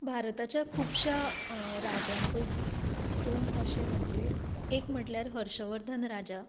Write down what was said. भारताच्या खुबश्या राज्यां पैकी दोन अशे म्हणजे एक म्हणल्यार हर्शवर्धन राजा